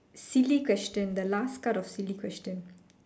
silly question the last card of silly question